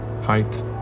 height